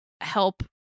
help